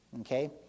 okay